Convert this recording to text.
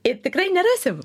ir tikrai nerasim